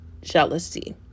jealousy